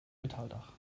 metalldach